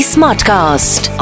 Smartcast